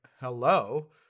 hello